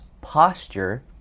posture